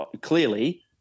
clearly